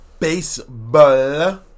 Baseball